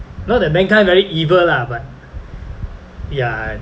not that mankind very evil lah but ya